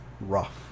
rough